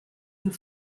and